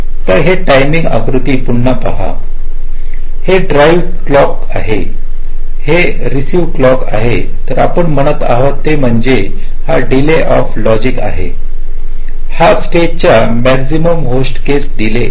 तर हे टायमिंग आकृति पुन्हा पहा हे ड्राईव्ह क्लॉकआहे हे रेसिईव्ह क्लॉक तर आपण म्हणत आहोत ते म्हणजे हा डीले ऑफ द लॉजिक आहे हा या स्टेज चा मॅक्सिमम वोर्स्ट केस डीले आहे